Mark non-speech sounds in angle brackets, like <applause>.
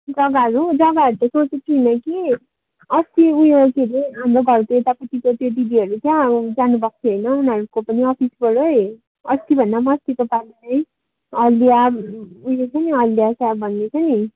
जग्गाहरू जग्गाहरू त सोचेको छुइनँ कि अस्ति उयो के अरे हाम्रो घरको उतापटिको त्यो दिदीहरू क्या जानुभएको थियो होइन उनीहरूको पनि अफिसबाटै अस्ति भन्दा नि अस्तिको पालि चाहिँ अहिले <unintelligible>